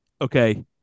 Okay